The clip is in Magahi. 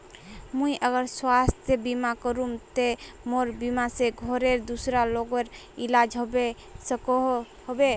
मुई अगर स्वास्थ्य बीमा करूम ते मोर बीमा से घोरेर दूसरा लोगेर इलाज होबे सकोहो होबे?